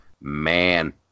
man